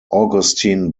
augustin